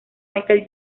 michael